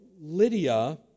Lydia